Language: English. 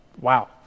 wow